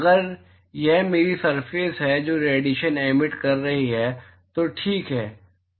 अगर यह मेरी सरफेस है जो रेडिएशन एमिट कर रही है तो ठीक है